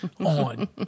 on